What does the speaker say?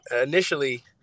initially